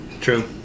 True